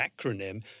acronym